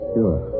Sure